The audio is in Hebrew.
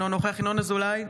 אינו נוכח ינון אזולאי,